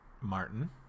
martin